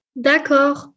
D'accord